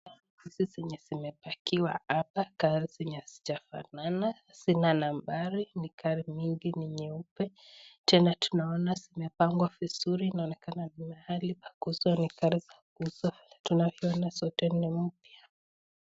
Hizi zenye zimepakiwa hapa, gari zenye hazijafanana. Zina nambari Gari mingi ni nyeupe tena tunaona zimepangwa vizuri. Inaonekana kuwa ni mahali pa kuuzwa gari za kuuzwa, tunavyoona zote ni mpya.